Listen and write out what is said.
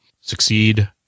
succeed